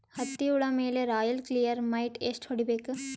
ಹತ್ತಿ ಹುಳ ಮೇಲೆ ರಾಯಲ್ ಕ್ಲಿಯರ್ ಮೈಟ್ ಎಷ್ಟ ಹೊಡಿಬೇಕು?